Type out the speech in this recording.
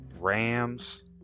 Rams